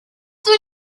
when